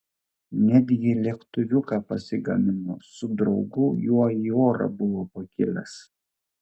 netgi lėktuviuką pasigamino su draugu juo į orą buvo pakilęs